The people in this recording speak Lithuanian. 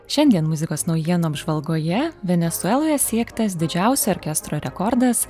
šiandien muzikos naujienų apžvalgoje venesueloje siektas didžiausio orkestro rekordas